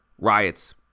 riots